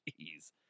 Jeez